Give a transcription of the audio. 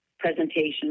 Presentation